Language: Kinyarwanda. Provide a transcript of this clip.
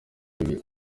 bibiri